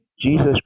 Jesus